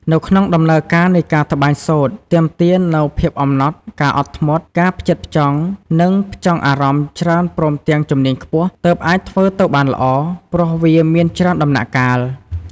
នៅក្នុងដំណើរការនៃការត្បាញសូត្រទាមទារនូវភាពអំណត់ ការអត់ធ្មត់ ការផ្ចិតផ្ចង់ និងផ្ចង់អារម្មណ៍ច្រើនព្រមទាំងជំនាញខ្ពស់ ទើបអាចធ្វើទៅបានល្អ ព្រោះវាមានច្រើនដំណាក់កាល។